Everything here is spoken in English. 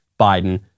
Biden